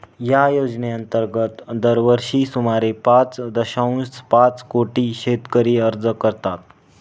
या योजनेअंतर्गत दरवर्षी सुमारे पाच दशांश पाच कोटी शेतकरी अर्ज करतात